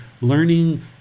learning